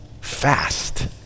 fast